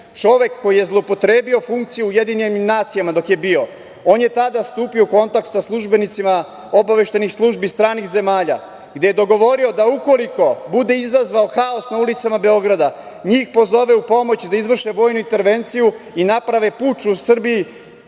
čovek koji je zloupotrebio funkciju u UN dok je bio. On je tada stupio u kontakt sa službenicima obaveštajnih službi stranih zemalja, gde je dogovorio da ukoliko bude izazvao haos na ulicama Beograda njih pozove u pomoć da izvrše vojnu intervenciju i naprave puč u Srbiji